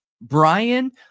Brian